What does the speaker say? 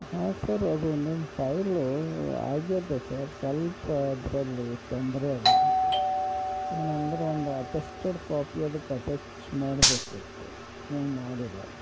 ಹಾಂ ಸರ್ ಅದು ನಿಮ್ಮ ಫೈಲೂ ಆಗ್ಯದ ಸರ್ ಸಲ್ಪ ಅದರಲ್ಲಿ ತೊಂದರೆ ಅದ ಏನಂದ್ರ ಒಂದು ಅಟೆಸ್ಟೆಡ್ ಕಾಪಿ ಅದಕ್ಕೆ ಅಟ್ಯಾಚ್ ಮಾಡಬೇಕಿತ್ತು ನೀವು ಮಾಡಿಲ್ಲ